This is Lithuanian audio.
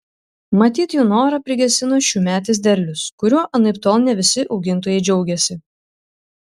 matyt jų norą prigesino šiųmetis derlius kuriuo anaiptol ne visi augintojai džiaugėsi